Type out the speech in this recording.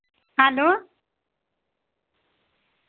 hello